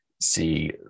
see